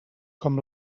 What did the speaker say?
com